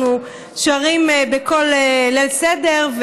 אנחנו שרים בכל ליל סדר,